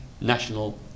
national